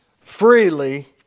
freely